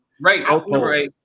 Right